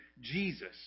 Jesus